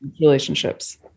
relationships